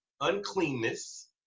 uncleanness